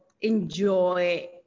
enjoy